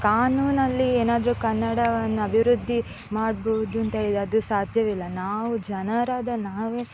ಕಾನೂನಲ್ಲಿ ಏನಾದ್ರೂ ಕನ್ನಡವನ್ನು ಅಭಿವೃದ್ಧಿ ಮಾಡ್ಬೋದು ಅಂತ ಅದು ಸಾಧ್ಯವಿಲ್ಲ ನಾವು ಜನರಾದ ನಾವೇ